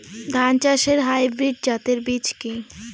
ধান চাষের হাইব্রিড জাতের বীজ কি?